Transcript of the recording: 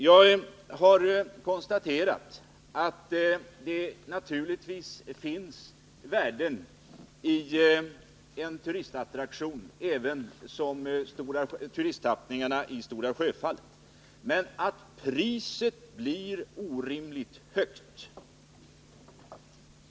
Jag har konstaterat att det naturligtvis finns värden även i en turistattraktion som tappningarna i Stora Sjöfallet, men att priset blir orimligt högt.